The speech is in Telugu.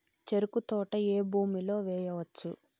చెరుకు తోట ఏ భూమిలో వేయవచ్చు?